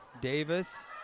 Davis